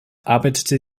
arbeitete